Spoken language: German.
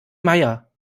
meier